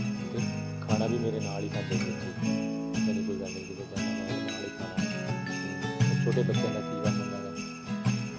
ਅਤੇ ਖਾਣਾ ਵੀ ਮੇਰੇ ਨਾਲ ਹੀ ਖਾਂਦੇ ਹੈ ਜੀ ਬੱਚੇ ਇੱਦਾਂ ਦੀ ਕੋਈ ਗੱਲ ਨਹੀਂ ਜਦੋਂ ਜਾਂਦਾ ਮੈਂ ਉਹਦੇ ਨਾਲ ਹੀ ਖਾਣਾ ਬਸ ਛੋਟੇ ਬੱਚਿਆਂ ਦਾ ਕੀ ਕੰਮ ਹੁੰਦਾ ਗਾ